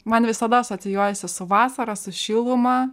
man visada asocijuojasi su vasara su šiluma